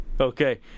Okay